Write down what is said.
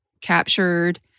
captured